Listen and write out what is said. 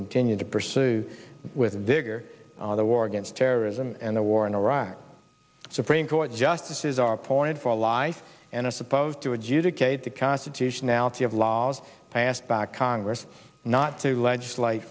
continue to pursue with vigor the war against terrorism and the war in iraq supreme court justices are appointed for life and are supposed to adjudicate the constitutionality of laws passed by congress not to legislate